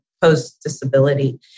post-disability